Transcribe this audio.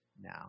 now